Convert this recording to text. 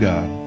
God